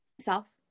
Self